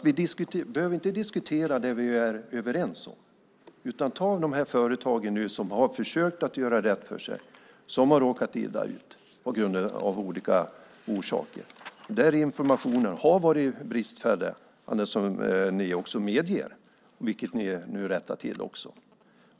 Vi behöver inte diskutera det som vi är överens om, utan det handlar om de företag som har försökt att göra rätt för sig men som har råkat illa ut av olika orsaker. Informationen har varit bristfällig, som ni också medger, vilket ni nu rättar till.